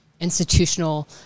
institutional